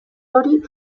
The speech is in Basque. hori